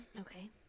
Okay